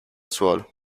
suolo